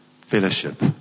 fellowship